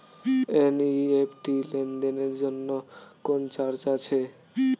NEFT লেনদেনের জন্য কোন চার্জ আছে?